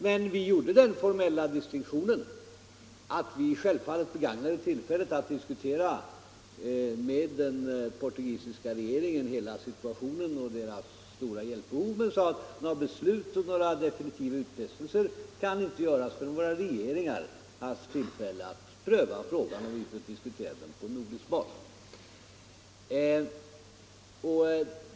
Men vi gjorde den formella distinktionen att vi självfallet begagnade tillfället att med den portugisiska regeringen diskutera hela situationen och Portugals stora hjälpbehov men att några beslut och definitiva utfästelser inte kunde bli aktuella förrän våra regeringar haft tillfälle att pröva frågan och vi fått diskutera den på nordisk bas.